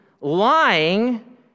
lying